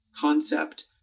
concept